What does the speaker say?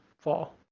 fall